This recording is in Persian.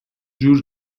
جور